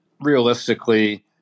realistically